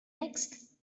next